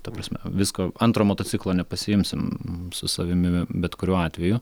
ta prasme visko antro motociklo nepasiimsim su savimi bet kuriuo atveju